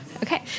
Okay